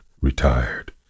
retired